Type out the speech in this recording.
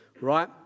right